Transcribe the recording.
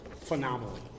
phenomenally